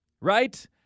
right